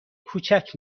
کوچک